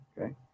okay